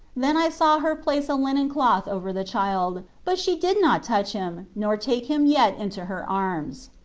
then i saw her place a linen cloth over the child but she did not touch him nor take him yet into her arms.